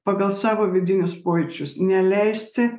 pagal savo vidinius pojūčius neleisti